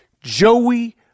Joey